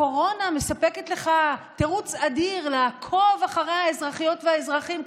הקורונה מספקת לך תירוץ אדיר לעקוב אחרי האזרחיות והאזרחים.